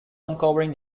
uncovering